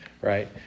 right